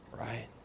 Right